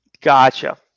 gotcha